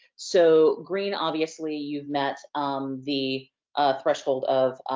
so, green obviously you've met the threshold of